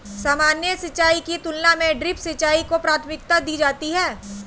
सामान्य सिंचाई की तुलना में ड्रिप सिंचाई को प्राथमिकता दी जाती है